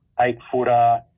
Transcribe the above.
eight-footer